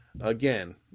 again